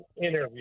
interview